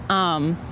um,